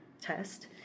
test